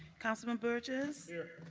councilman burgess. yes.